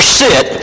sit